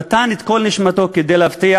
נתן את כל נשמתו כדי להבטיח,